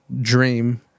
dream